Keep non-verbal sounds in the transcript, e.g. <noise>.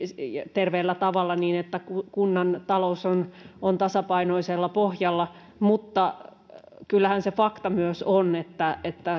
terveellä tavalla niin että kunnan talous on on tasapainoisella pohjalla mutta kyllähän on fakta myös se että <unintelligible>